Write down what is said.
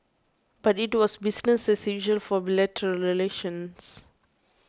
but it was business as usual for bilateral relations